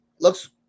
Looks